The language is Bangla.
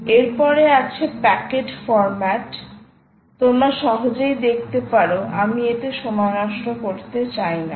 এরপরে আছে প্যাকেট ফর্ম্যাট তোমরা সহজেই দেখতে পারো আমি এতে সময় নষ্ট করতে চাই না